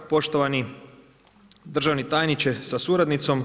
Poštovani državni tajniče sa suradnicom.